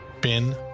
Bin